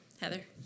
Heather